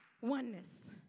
oneness